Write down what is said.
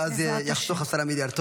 ואז זה יחסוך 10 מיליארד שקלים.